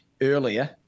earlier